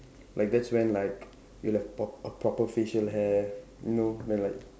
like that's when like you'll have prop~ proper facial hair you know then like